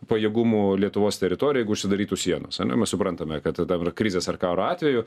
pajėgumų lietuvos teritorijoj jeigu užsidarytų sienos ane mes suprantame kad dabar krizės ar karo atveju